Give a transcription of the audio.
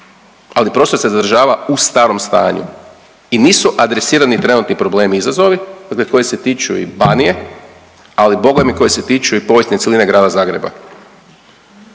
ali prostor se zadržava u starom stanju i nisu adresirani trenutni problemi i izazovi, dakle koji se tiču i Banije ali boga mi koji se tiču i povijesne cjeline grada Zagreba.